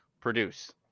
produce